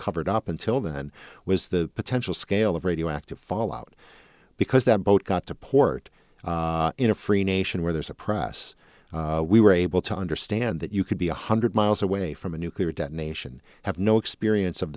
covered up until then was the potential scale of radioactive fallout because that boat got to port in a free nation where there's a press we were able to understand that you could be one hundred miles away from a nuclear detonation have no experience of